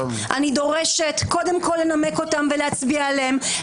אני דורשת קודם כול לנמק אותן ולהצביע עליהן.